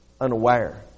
unaware